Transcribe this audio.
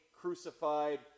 crucified